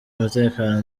umutekano